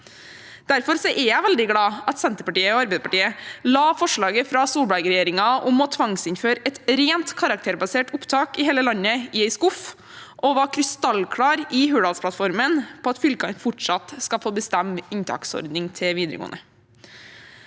Derfor er jeg veldig glad for at Senterpartiet og Arbeiderpartiet la forslaget fra Solberg-regjeringen om å tvangsinnføre et rent karakterbasert opptak i hele landet i en skuff, og var krystallklar i Hurdalsplattformen på at fylkene fortsatt skal få bestemme inntaksordning til videregående.